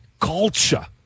culture